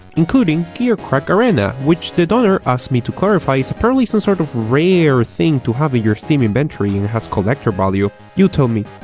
including gearcrack arena which the donor asked me to clarify is apparently so sort of rare thing to have on your steam inventory and has collector value, you tell me.